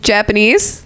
Japanese